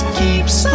keeps